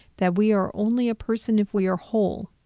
that we are only a person if we are whole,